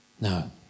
No